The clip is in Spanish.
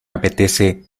apetece